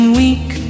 weak